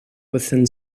within